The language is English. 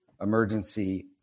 emergency